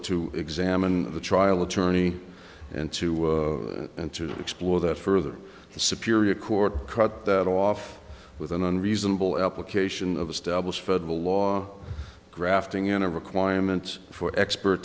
to examine the trial attorney and to and to explore that further the superior court cut that off with an unreasonable application of established federal law grafting in a requirement for expert